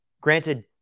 granted